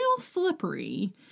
slippery